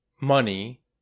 money